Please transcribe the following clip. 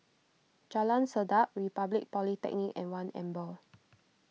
Jalan Sedap Republic Polytechnic and one Amber